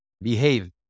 behave